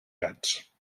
gats